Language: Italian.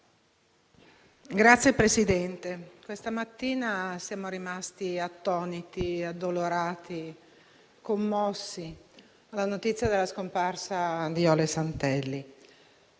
Signor Presidente, questa mattina siamo rimasti attoniti, addolorati e commossi alla notizia della scomparsa di Jole Santelli.